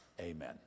Amen